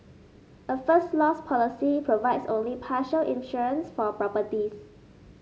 a First Loss policy provides only partial insurance for properties